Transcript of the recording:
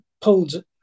pulled